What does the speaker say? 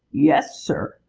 yes, sir!